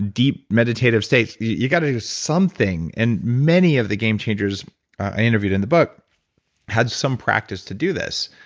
deep meditative states. you've got to do something and many of the game changers i interviewed in the book had some practice to do this.